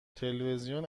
تلویزیون